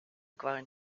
growing